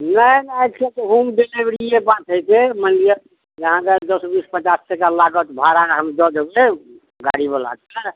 नहि ने आइकाल्हि तऽ होम डिलीवरिये बात होइ छै मानि लिअ जे अहाँके दस बीस पचास टाका लागत भाड़ा हम दऽ देबय गाड़ीवला के